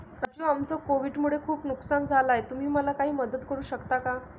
राजू आमचं कोविड मुळे खूप नुकसान झालं आहे तुम्ही मला काही मदत करू शकता का?